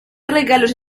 regalos